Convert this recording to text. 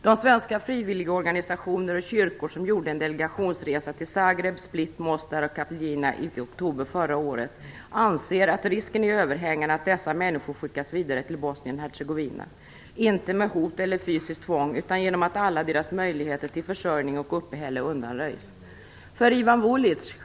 De svenska frivilligorganisationer och kyrkor som gjorde en delegationsresa till Zagreb, Split, Mostar och Capljina i oktober förra året anser att risken är överhängande att dessa människor skickas vidare till Bosnien-Hercegovina - inte med hot eller fysiskt tvång utan genom att alla deras möjligheter till försörjning och uppehälle undanröjs.